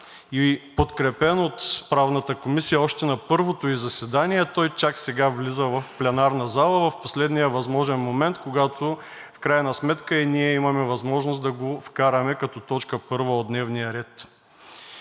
и подкрепен от Правната комисия още на първото ѝ заседание, той чак сега влиза в пленарната зала – в последния възможен момент, когато в крайна сметка и ние имаме възможност да го вкараме като точка първа от дневния ред.